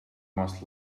must